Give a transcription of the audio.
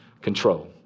control